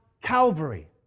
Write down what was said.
Calvary